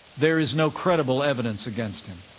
there is no credible evidence against him.